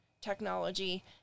technology